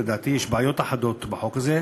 ולדעתי יש בעיות אחדות בחוק הזה.